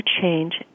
change